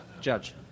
Judge